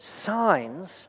signs